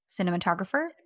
cinematographer